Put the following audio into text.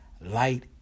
Light